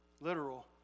literal